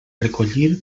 recollir